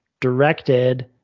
directed